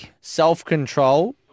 Self-control